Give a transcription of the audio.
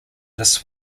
this